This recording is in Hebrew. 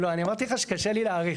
לא, אני אמרתי לך שקשה לי להאריך.